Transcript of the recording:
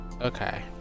okay